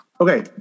okay